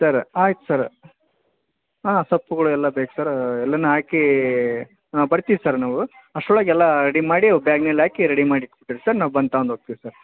sir ಆಯ್ತು sir ಹಾಂ ಸೊಪ್ಪುಗಳು ಎಲ್ಲ ಬೇಕು ಸರ್ ಎಲ್ಲ ಹಾಕಿ ಆಂ ಬರ್ತೀವಿ ಸರ್ ನಾವು ಅಷ್ಟ್ರೊಳಗೆ ಎಲ್ಲ ರೆಡಿ ಮಾಡಿ ಬ್ಯಾಗ್ನಲ್ಲಿ ಹಾಕಿ ರೆಡಿ ಮಾಡಿ ಇಟ್ಬಿಟ್ಟಿರಿ ಸರ್ ನಾವು ಬಂದು ತಗೊಂಡ್ ಹೋಗ್ತೀವಿ ಸರ್